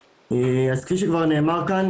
כפי שכבר נאמר כאן,